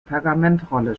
pergamentrolle